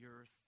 earth